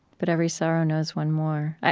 but every sorrow knows one more.